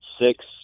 six